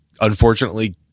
unfortunately